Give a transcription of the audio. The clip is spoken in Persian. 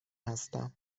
هستم